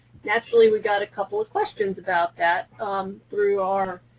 naturally we've got a couple of questions about that through our